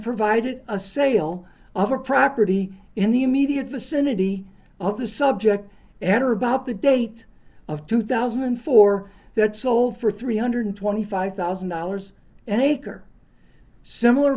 provided a sale of a property in the immediate vicinity of the subject after about the date of two thousand and four that sold for three hundred and twenty five thousand dollars an acre similar